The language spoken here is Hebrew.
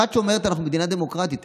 אחת שאומרת שאנחנו מדינה דמוקרטית.